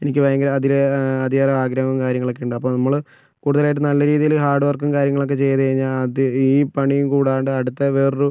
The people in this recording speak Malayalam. എനിക്ക് ഭയങ്കര അതിൽ അതിയായ ആഗ്രഹവും കാര്യങ്ങളും ഒക്കെ ഉണ്ട് അപ്പം നമ്മൾ കൂടുതലായിട്ട് നല്ല രീതിയിൽ ഹാർഡ് വർക്കും കാര്യങ്ങളുമൊക്കെ ചെയ്ത് കഴിഞ്ഞാൽ അത് ഈ പണി കൂടാണ്ട് അടുത്ത വേറൊരു